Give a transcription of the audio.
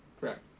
Correct